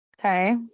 Okay